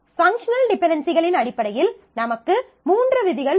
functional டிபென்டென்சிகளின் அடிப்படையில் நமக்கு மூன்று விதிகள் உள்ளன